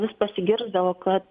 vis pasigirsdavo kad